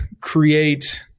create